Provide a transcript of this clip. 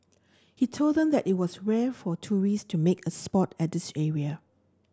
he told them that it was rare for tourists to make a spot at this area